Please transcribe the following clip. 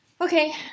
Okay